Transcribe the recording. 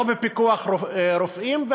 לא בפיקוח רופאים.